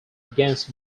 against